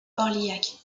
orliac